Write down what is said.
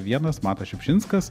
vienas matas šiupšinskas